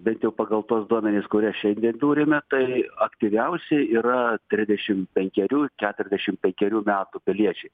bent jau pagal tuos duomenis kuriuos šiandien turime tai aktyviausi yra trisdešimt penkerių keturiasdešimt penkerių metų piliečiai